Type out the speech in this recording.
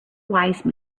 wise